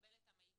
לקבל את המידע.